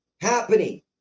Happening